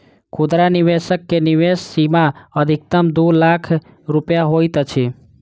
खुदरा निवेशक के निवेश सीमा अधिकतम दू लाख रुपया होइत अछि